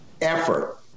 effort